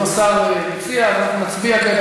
אם השר מציע, אז אנחנו נצביע כעת.